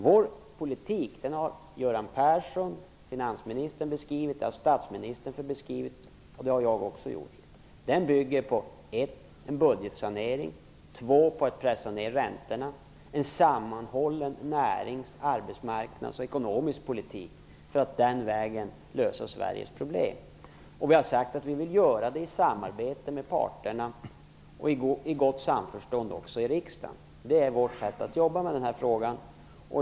Finansminister Göran Persson, statsministern och jag har beskrivit vår politik. Den bygger för det första på budgetsanering och för det andra på att pressa ned räntorna och på en sammanhållen näringspolitik, arbetsmarknadspolitik och ekonomisk politik för att den vägen lösa Sveriges problem. Vi har sagt att vi vill göra det i samarbete med parterna och i gott samförstånd också i riksdagen. Det är vårt sätt att jobba med den här frågan.